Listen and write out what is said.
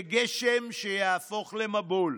זה גשם שיהפוך למבול,